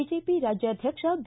BJP ರಾಜ್ಯಾಧ್ಯಕ್ಷ B